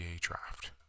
draft